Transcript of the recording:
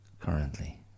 currently